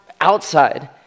outside